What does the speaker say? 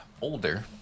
older